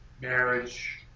marriage